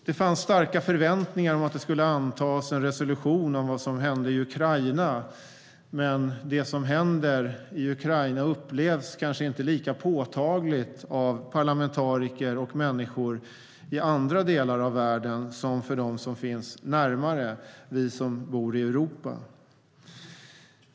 Det fanns starka förväntningar om att det skulle antas en resolution om vad som händer i Ukraina. Men det som händer i Ukraina upplevs kanske inte lika påtagligt av parlamentariker och människor i andra delar av världen som för dem som finns närmare - vi som bor i Europa.